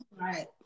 Right